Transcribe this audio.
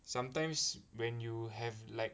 sometimes when you have like